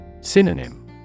Synonym